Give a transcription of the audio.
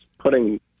putting